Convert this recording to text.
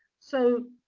so,